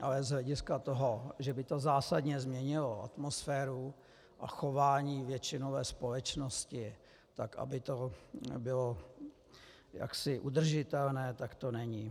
Ale z hlediska toho, že by to zásadně změnilo atmosféru a chování většinové společnosti, aby to bylo jaksi udržitelné, to není.